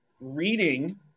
reading